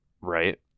right